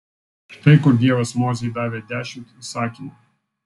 štai kur dievas mozei davė dešimt įsakymų